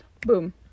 Boom